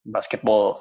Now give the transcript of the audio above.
Basketball